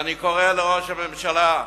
אני קורא לראש הממשלה,